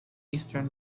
eastern